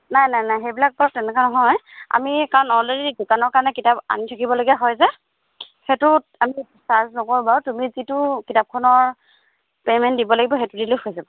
নাই নাই নাই সেইবিলাক বাৰু তেনেকুৱা নহয় আমি কাৰণ অলৰেডি দোকানৰ কাৰণে কিতাপ আনি থাকিবলগীয়া হয় যে সেইটোত আমি চাৰ্জ নকৰোঁ বাৰু তুমি যিটো কিতাপখনৰ পে'মেণ্ট দিব লাগিব সেইটো দিলেই হৈ যাব